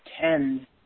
tend